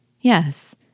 Yes